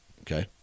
Okay